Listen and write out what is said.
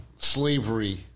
slavery